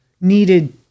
needed